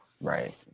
Right